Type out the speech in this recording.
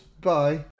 Bye